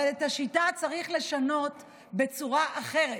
אבל את השיטה צריך לשנות בצורה אחרת,